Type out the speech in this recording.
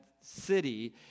city